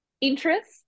interest